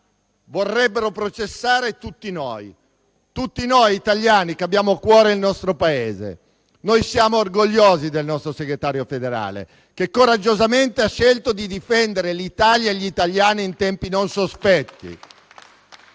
vorrebbero processare tutti noi italiani che abbiamo a cuore il nostro Paese. Noi siamo orgogliosi del nostro segretario federale che coraggiosamente ha scelto di difendere l'Italia e gli italiani in tempi non sospetti.